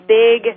big